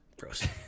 gross